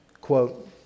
quote